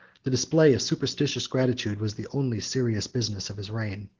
the display of superstitious gratitude was the only serious business of his reign.